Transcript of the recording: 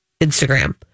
instagram